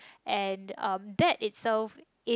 and um that itself is